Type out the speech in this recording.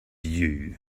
you